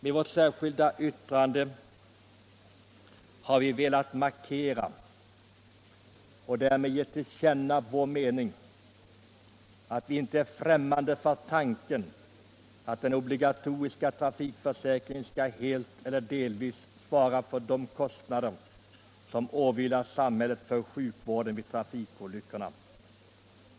I vårt särskilda yttrande har vi velat markera och därmed ge till känna vår mening att vi inte är främmande för tanken att den obligatoriska sjukförsäkringen skall helt eller delvis svara för de kostnader som åvilar samhället för sjukvården vid trafikolyckorna.